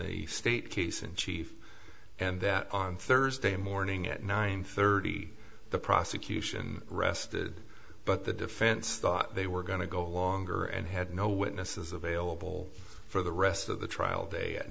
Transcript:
the state case in chief and that on thursday morning at nine thirty the prosecution rested but the defense thought they were going to go longer and had no witnesses available for the rest of the trial day at